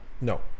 No